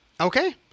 okay